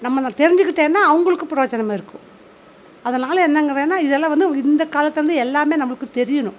நம்மளை தெரிஞ்சிக்கிட்டேன்னா அவங்களுக்கு புரோஜனமாக இருக்கும் அதனால் என்னங்க வேணும் இதெல்லாம் வந்து இந்த காலத்துலருந்து எல்லாமே நம்மளுக்கு தெரியணும்